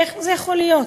איך זה יכול להיות?